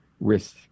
risk